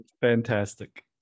Fantastic